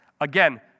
Again